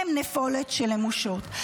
הם נפולת של נמושות.